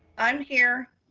i'm here.